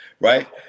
Right